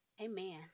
Amen